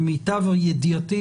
למיטב ידיעתי,